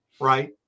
right